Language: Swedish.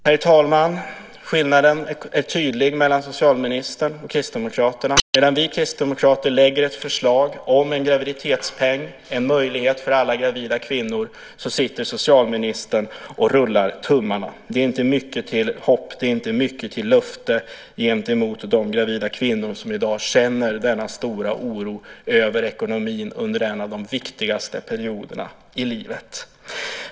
Herr talman! Skillnaden är tydlig mellan socialministern och Kristdemokraterna. Medan vi lägger fram ett förslag om en graviditetspeng, en möjlighet för alla gravida kvinnor, sitter socialministern och rullar tummarna. Det är inte mycket till hopp, inte mycket till löfte gentemot de gravida kvinnor som i dag känner denna stora oro över ekonomin under en av de viktigaste perioderna i livet.